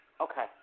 Okay